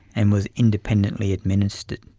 and was independently administered.